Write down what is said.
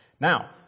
Now